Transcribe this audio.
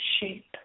shape